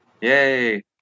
Yay